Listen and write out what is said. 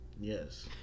Yes